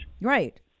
Right